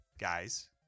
Guys